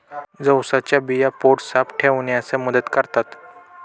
जवसाच्या बिया पोट साफ ठेवण्यास मदत करतात